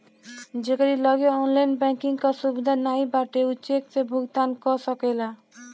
जेकरी लगे online banking कअ सुविधा नाइ बाटे उ चेक से भुगतान कअ सकेला